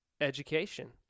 education